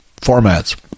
formats